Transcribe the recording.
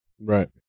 Right